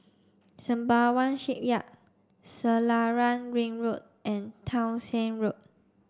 Sembawang Shipyard Selarang Ring Road and Townshend Road